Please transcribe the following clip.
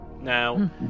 Now